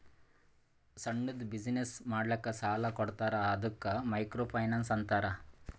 ಸಣ್ಣುದ್ ಬಿಸಿನ್ನೆಸ್ ಮಾಡ್ಲಕ್ ಸಾಲಾ ಕೊಡ್ತಾರ ಅದ್ದುಕ ಮೈಕ್ರೋ ಫೈನಾನ್ಸ್ ಅಂತಾರ